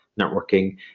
networking